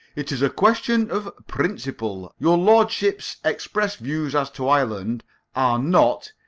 it is a question of principle. your lordship's expressed views as to ireland are not,